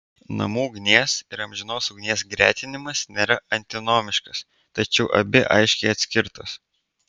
namų ugnies ir amžinos ugnies gretinimas nėra antinomiškas tačiau abi aiškiai atskirtos